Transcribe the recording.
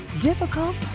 Difficult